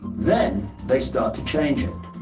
then they start to change it.